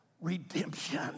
redemption